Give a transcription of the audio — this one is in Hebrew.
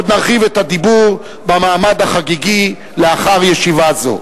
עוד נרחיב את הדיבור במעמד החגיגי לאחר ישיבה זו.